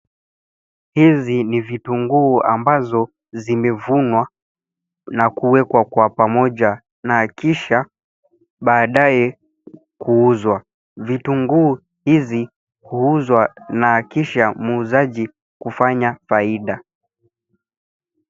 Hizi ni vitunguu ambazo zimevunwa na kuwekwa kwa pamoja na kisha baadaye kuuzwa. Vitunguu hizi huuzwa na kisha muuzaji kufanya faida.